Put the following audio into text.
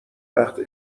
وقت